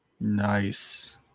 Nice